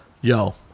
Yo